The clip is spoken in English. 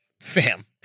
fam